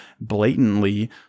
blatantly